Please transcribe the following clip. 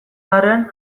arren